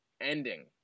ending